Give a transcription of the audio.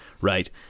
Right